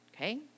okay